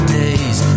days